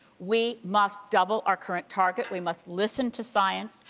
we must double our current target. we must listen to science.